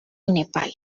nepal